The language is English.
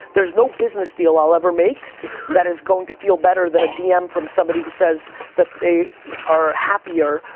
there's no business deal i'll ever make that is going to feel better than a dm from somebody who says that they are happier,